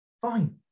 fine